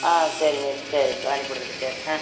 ஆ சரி மிஸ் சரி அனுப்பி விடுதேன் டீச்சர் ஆ